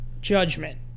judgment